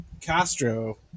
Castro